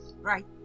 Right